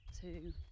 two